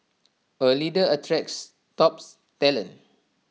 A leader attracts tops talent